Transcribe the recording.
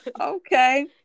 Okay